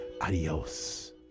adios